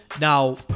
Now